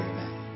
Amen